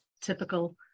typical